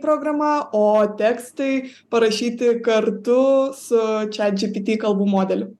programa o tekstai parašyti kartu su chat gpt kalbų modeliu